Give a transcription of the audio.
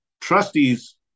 Trustees